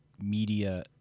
media